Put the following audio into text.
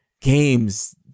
games